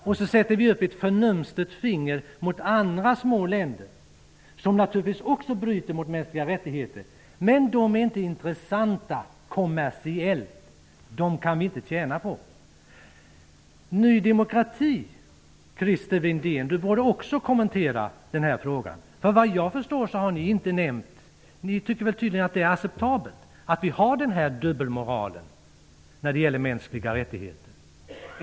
Samtidigt sätter vi upp ett förnumstigt finger mot andra små länder, som naturligtvis också bryter mot de mänskliga rättigheterna. De är dock inte intressanta kommersiellt. Vi kan inte tjäna något på dem. Christer Windén från Ny demokrati borde också kommentera denna fråga. Såvitt jag förstår tycker Ny demokrati att det är acceptabelt med denna dubbelmoral när det gäller mänskliga rättigheter.